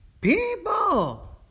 people